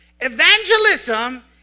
Evangelism